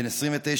בן 29,